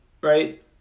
right